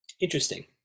interesting